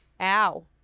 ow